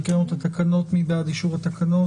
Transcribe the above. הקראנו את התקנות, מי בעד אישור התקנות?